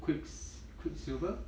quicks~ quicksilver